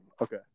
Okay